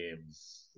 games